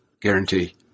guarantee